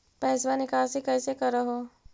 पैसवा निकासी कैसे कर हो?